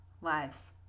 Lives